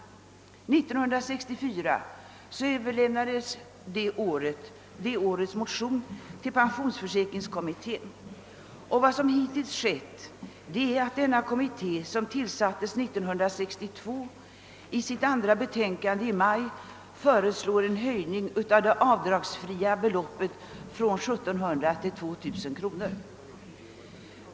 År 1964 överlämnades det årets motion till pensionsförsäkringskommittén Vad som hittills skett är att denna kommitté, som tillsattes 1962, i sitt andra betänkande i maj förra året föreslagit en höjning av det avdragsfria beloppet från 1700 till 2000 kronor.